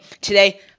today